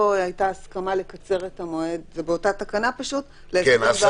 פה באותה תקנה הייתה הסכמה לקצר את המועד ל-24